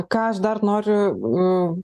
ką aš dar noriu